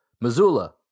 Missoula